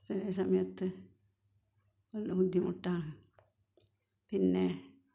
ചില സമയത്ത് നല്ല ബുദ്ധിമുട്ടാണ് പിന്നെ